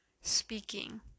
speaking